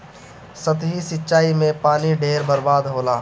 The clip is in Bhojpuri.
सतही सिंचाई में पानी ढेर बर्बाद होला